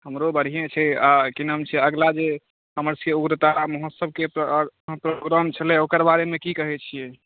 हमरो बढ़िएँ छै आ की नाम छै अगिला जे हमरसभके उग्रतारा महोत्सवके प्रो प्रोग्राम छलै ओकर बारेमे की कहैत छियै